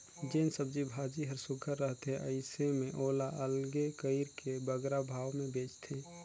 जेन सब्जी भाजी हर सुग्घर रहथे अइसे में ओला अलगे कइर के बगरा भाव में बेंचथें